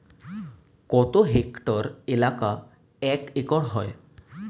কত হেক্টর এলাকা এক একর হয়?